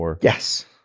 Yes